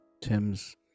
Tim's